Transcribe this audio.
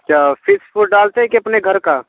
क्या फिश को डालते हैं कि अपने घर का